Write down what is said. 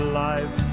life